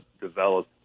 develop